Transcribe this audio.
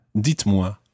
dites-moi